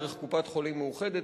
דרך קופת-חולים "מאוחדת",